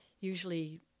usually